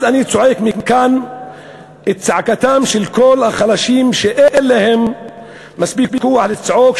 אז אני צועק מכאן את צעקתם של כל החלשים שאין להם מספיק כוח לצעוק,